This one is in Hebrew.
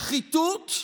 שחיתות,